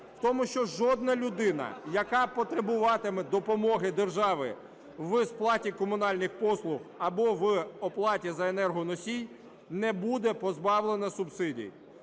в тому, що жодна людина, яка потребуватиме допомоги держави в сплаті комунальних послуг або оплаті за енергоносій, не буде позбавлена субсидій.